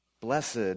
Blessed